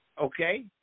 Okay